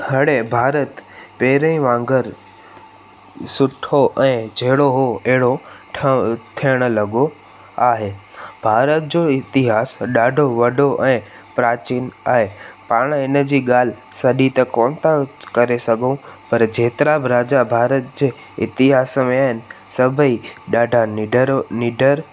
हाणे भारत पहिरें वांगुरु सुठो ऐं जहिड़ो हो अहिड़ो ठ थियणु लॻो आहे भारत जो इतिहास ॾाढो वॾो ऐं प्राचीन आहे पाण इनजी ॻाल्हि सॼी त कोन था करे सघूं पर जेतिरा बि राजा भारत जे इतिहास में आहिनि सभेई ॾाढा निडर निडर